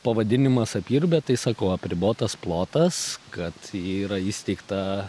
pavadinimas apyrubė tai sakau apribotas plotas kad yra įsteigta